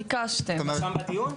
זה נרשם בדיון?